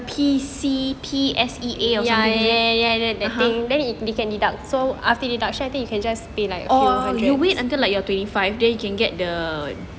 P C P_S_E_A or something is it (uh huh) oh you wait until you are twenty five day then you can get the